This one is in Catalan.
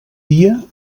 dia